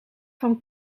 van